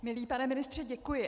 Milý pane ministře, děkuji.